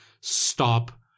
Stop